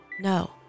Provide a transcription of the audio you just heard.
No